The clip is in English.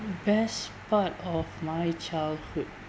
best part of my childhood